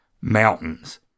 mountains